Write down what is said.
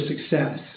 success